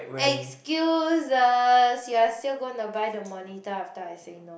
excuses you are still going to buy the monitor after I say no